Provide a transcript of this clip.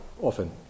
Often